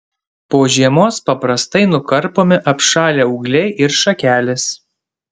po žiemos paprastai nukarpomi apšalę ūgliai ir šakelės